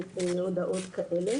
לזה.